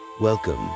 Welcome